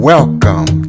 Welcome